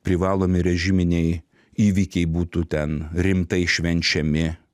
privalomi režiminiai įvykiai būtų ten rimtai švenčiami